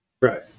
Right